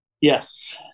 yes